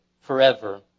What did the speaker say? forever